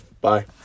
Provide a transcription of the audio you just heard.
Bye